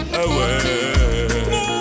away